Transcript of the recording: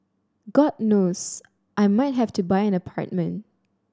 god knows I might have to buy an apartment